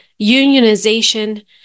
unionization